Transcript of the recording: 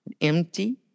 Empty